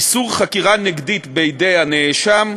איסור חקירה נגדית בידי הנאשם,